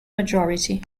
majority